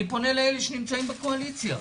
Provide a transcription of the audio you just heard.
אני פונה לאלה שנמצאים בקואליציה,